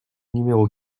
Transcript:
numéro